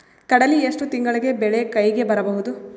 ಕಡಲಿ ಎಷ್ಟು ತಿಂಗಳಿಗೆ ಬೆಳೆ ಕೈಗೆ ಬರಬಹುದು?